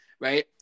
right